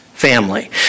family